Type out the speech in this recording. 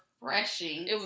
refreshing